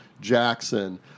Jackson